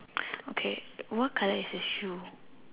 okay what colour is his shoe